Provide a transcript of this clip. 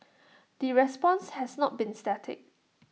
the response has not be static